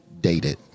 dated